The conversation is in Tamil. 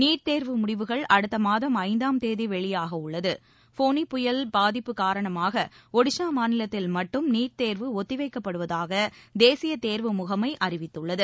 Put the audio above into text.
நீட் தேர்வு முடிவுகள் அடுத்த மாதம் ஐந்தாம் தேதி வெளியாக உள்ளது ஃபோனி புயல் பாதிப்பு காரணமாக ஒடிஷா மாநிலத்தில் மட்டும் நீட் தேர்வு ஒத்தி வைக்கப்படுவதாக தேசிய தேர்வு முகமை அறிவித்துள்ளது